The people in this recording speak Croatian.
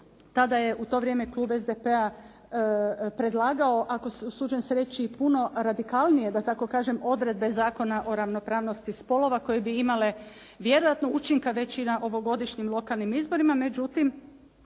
Tada je u to vrijeme klub SDP-a predlagao, usuđujem se reći puno radikalnije da tako kažem, odredbe Zakona o ravnopravnosti spolova koje bi imale vjerojatno učinka već i na ovogodišnjim lokalnim izborima međutim